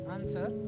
Answer